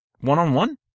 One-on-one